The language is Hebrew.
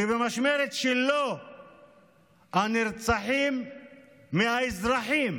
שבמשמרת שלו הנרצחים מהאזרחים